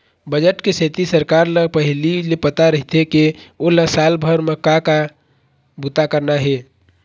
budget के सेती सरकार ल पहिली ले पता रहिथे के ओला साल भर म का का बूता करना हे